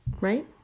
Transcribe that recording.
Right